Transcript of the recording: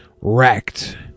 Wrecked